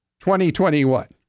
2021